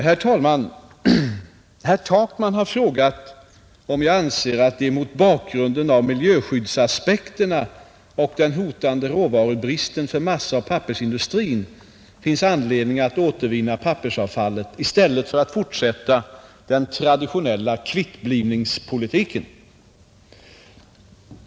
Herr talman! Herr Takman har frågat om jag anser att det — mot bakgrunden av miljöskyddsaspekterna och den hotande råvarubristen för massaoch pappersindustrin — finns anledning att återvinna pappersavfallet i stället för att fortsätta den traditionella kvittblivningspolitiken.